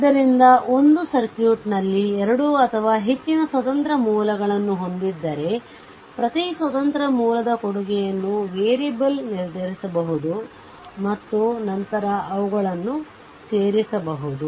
ಆದ್ದರಿಂದ ಒಂದು ಸರ್ಕ್ಯೂಟ್ನಲ್ಲಿ 2 ಅಥವಾ ಹೆಚ್ಚಿನ ಸ್ವತಂತ್ರ ಮೂಲಗಳನ್ನು ಹೊಂದಿದ್ದರೆ ಪ್ರತಿ ಸ್ವತಂತ್ರ ಮೂಲದ ಕೊಡುಗೆಯನ್ನು ವೇರಿಯೇಬಲ್ಗೆ ನಿರ್ಧರಿಸಬಹುದು ಮತ್ತು ನಂತರ ಅವುಗಳನ್ನು ಸೇರಿಸಬಹುದು